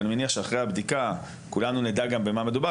אני מניח שאחרי הבדיקה כולנו נדע גם במה מדובר.